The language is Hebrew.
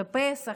בפסח,